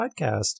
podcast